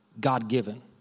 God-given